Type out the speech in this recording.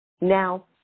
Now